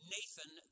Nathan